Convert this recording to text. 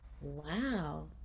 Wow